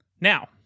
Now